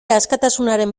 askatasunaren